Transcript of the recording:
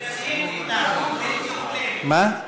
מה?